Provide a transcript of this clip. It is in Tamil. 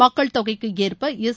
மக்கள் தொகைக்கு ஏற்ப எஸ்